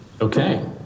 Okay